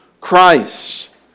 Christ